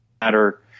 matter